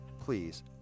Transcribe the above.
please